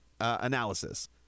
analysis